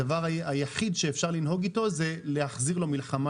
הדבר היחיד שאפשר לנהוג איתו זה להחזיר לו מלחמה